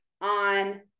on